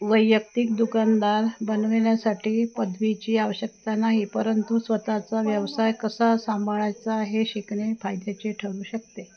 वैयक्तिक दुकानदार बनविण्यासाठी पदवीची आवश्यकता नाही परंतु स्वतःचा व्यवसाय कसा सांभाळायचा हे शिकणे फायद्याचे ठरू शकते